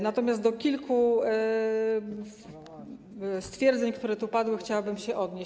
Natomiast do kilku stwierdzeń, które tu padły, chciałabym się odnieść.